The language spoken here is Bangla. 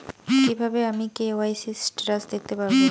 কিভাবে আমি কে.ওয়াই.সি স্টেটাস দেখতে পারবো?